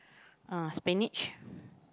uh spinach